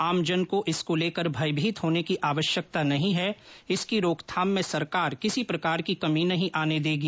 आमजन को इसको लेकर भयभीत होने की आवश्यकता नहीं है इसकी रोकथाम में सरकार किसी प्रकार की कमी नहीं आने देगी